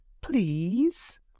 please